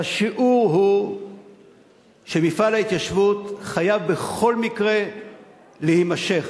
והשיעור הוא שמפעל ההתיישבות חייב בכל מקרה להימשך.